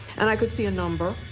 and i could see a number,